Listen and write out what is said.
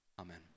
Amen